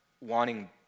wanting